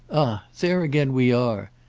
ah there again we are!